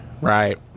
Right